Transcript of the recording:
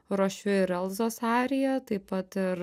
ruošiu ir elzos ariją taip pat ir